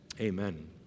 Amen